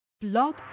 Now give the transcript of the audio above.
Blog